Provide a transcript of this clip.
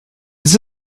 this